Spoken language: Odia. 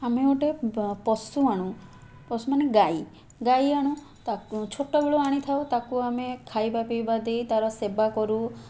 ଆମେ ଗୋଟେ ପଶୁ ଆଣୁ ପଶୁମାନେ ଗାଈ ଗାଈ ଆଣୁ ତାକୁ ଛୋଟବେଳୁ ଆଣିଥାଉ ତାକୁ ଆମେ ଖାଇବାପିଇବା ଦେଇ ତାର ସେବା କରୁ